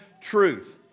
truth